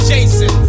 Jason